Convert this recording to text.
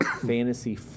fantasy